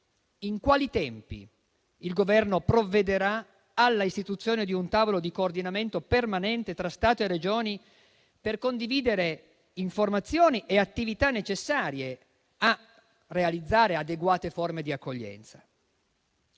in quali tempi il Governo provvederà all'istituzione di un tavolo di coordinamento permanente tra Stato e Regioni per condividere informazioni e attività necessarie a realizzare adeguate forme di accoglienza?